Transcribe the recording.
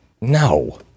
No